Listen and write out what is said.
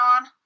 on